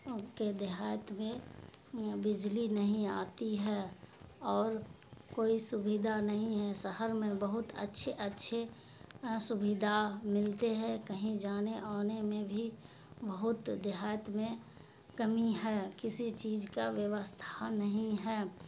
کے دیہات میں بجلی نہیں آتی ہے اور کوئی سویدھا نہیں ہے شہر میں بہت اچھے اچھے سویدھا ملتے ہیں کہیں جانے آنے میں بھی بہت دیہات میں کمی ہے کسی چیز کا ویوستھا نہیں ہے